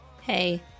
Hey